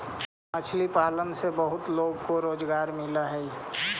मछली पालन से बहुत लोगों को रोजगार मिलअ हई